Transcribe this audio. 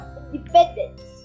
independence